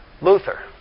Luther